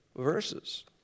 Verses